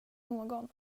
någon